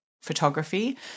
photography